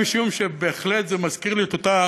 משום שבהחלט זה מזכיר לי את אותה